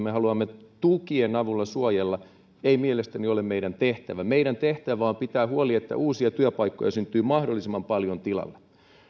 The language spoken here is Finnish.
me haluamme tukien avulla suojella ei mielestäni ole meidän tehtävämme meidän tehtävämme on pitää huoli että uusia työpaikkoja syntyy mahdollisimman paljon tilalle